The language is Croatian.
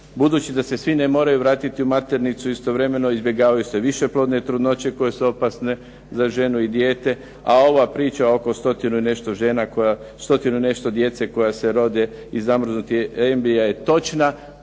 budući da se svi ne moraju vratiti u maternicu istovremeno. Izbjegavaju se višeplodne trudnoće koje su opasne za ženu i dijete. A ova priča oko 100 i nešto djeca koja se rode iz zamrznutih embrija je točna,